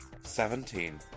Seventeen